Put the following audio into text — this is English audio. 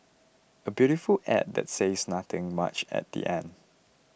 a beautiful ad that says nothing much at the end